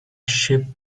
ship